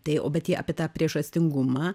tai o bet jei apie tą priežastingumą